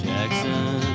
Jackson